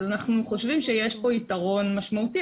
אנחנו חושבים שיש פה יתרון משמעותי,